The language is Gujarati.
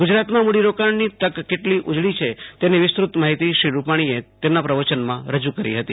ગુજરાતમાં મૂડીરોકાણની તક કેટલી ઉજળી છે તેની વિસ્તૃત માહિતી શ્રી રૂપાણીએ તેમના પ્રવયનમાં રજૂ કરી હતી